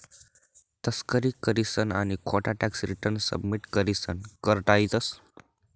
तस्करी करीसन आणि खोटा टॅक्स रिटर्न सबमिट करीसन कर टायतंस